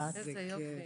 איזה יופי.